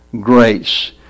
grace